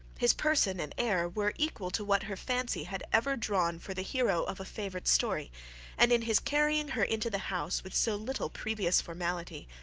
his person and air were equal to what her fancy had ever drawn for the hero of a favourite story and in his carrying her into the house with so little previous formality,